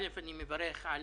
א', אני מברך על